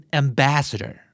ambassador